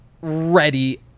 ready